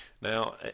Now